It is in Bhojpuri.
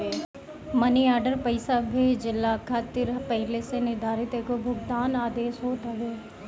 मनी आर्डर पईसा भेजला खातिर पहिले से निर्धारित एगो भुगतान आदेश होत हवे